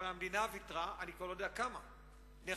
אבל המדינה ויתרה, אני